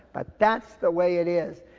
but that's the way it is.